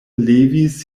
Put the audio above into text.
levis